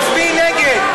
תצביעי נגד.